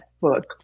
book